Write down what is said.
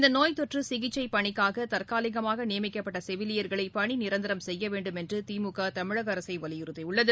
இந்த நோய் தொற்று சிகிச்சை பணிக்காக தற்காலிகமாக நியமிக்கப்பட்ட செவிலியர்களை நி பணி நிரந்தரம் செய்யவேண்டும் என்று திமுக தமிழக அரசை வலியுறுத்தியுள்ளது